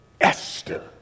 Esther